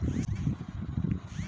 ऋण खातिर आवेदन कैसे कयील जाला?